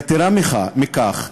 יתרה מכך,